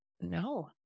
no